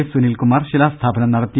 S Sunilkumar ശില്പാസ്ഥാപനം നടത്തി